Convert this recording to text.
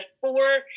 four